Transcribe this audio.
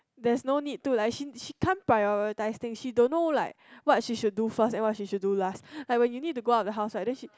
there's no need to lah she she can't prioritizing she don't know like what she should be do first and what she should do last like when we need to go out the house right then she